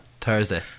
Thursday